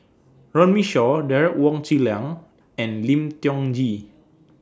Runme Shaw Derek Wong Zi Liang and Lim Tiong Ghee